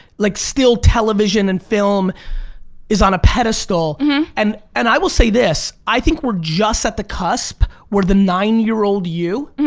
like still television and film is on a pedestal and and i will say this, i think we're just at the cusp where the nine year old you,